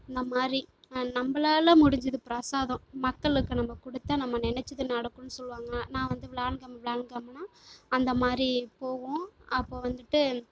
இந்த மாதிரி நம்மளால முடிஞ்சது பிரசாதம் மக்களுக்கு நம்ம கொடுத்தா நம்ம நெனைச்சது நடக்கும்னு சொல்வாங்க நான் வந்து வியாழக்கிழமை வியாழக்கிழமைன்னா அந்த மாதிரி போவோம் அப்போ வந்துவிட்டு